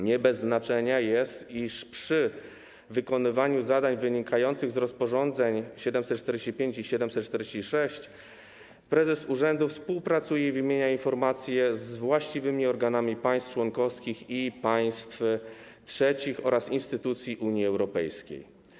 Nie bez znaczenia jest, iż przy wykonywaniu zadań wynikających z rozporządzeń nr 745 i 746 prezes urzędu współpracuje i wymienia informacje z właściwymi organami państw członkowskich i państw trzecich oraz instytucjami Unii Europejskiej.